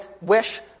wish